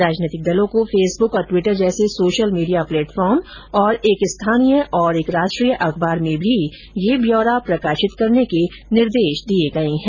राजनीतिक दलों को फेसबुक और टिवटर जैसे सोशल मीडिया प्लेटफार्म तथा एक स्थानीय और एक राष्ट्रीय अखबार में भी यह ब्यौरा प्रकाशित कराने का निर्देश दिया गया है